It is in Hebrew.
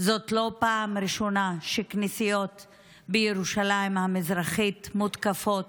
זאת לא פעם ראשונה שכנסיות בירושלים המזרחית מותקפות